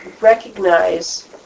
recognize